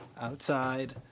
Outside